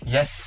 Yes